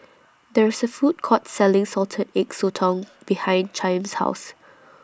There IS A Food Court Selling Salted Egg Sotong behind Chaim's House